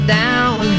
down